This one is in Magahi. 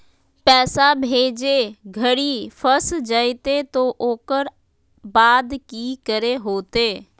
पैसा भेजे घरी फस जयते तो ओकर बाद की करे होते?